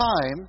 time